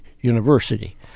University